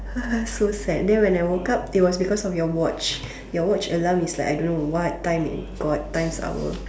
so sad then when I woke up it was because of your watch your watch your alarm is like I don't know what time it got times up or